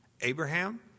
Abraham